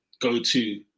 go-to